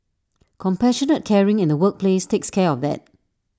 compassionate caring in the workplace takes care of that